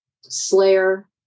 Slayer